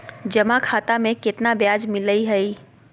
जमा खाता में केतना ब्याज मिलई हई?